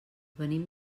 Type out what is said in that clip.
venim